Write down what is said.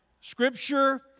Scripture